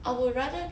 I would rather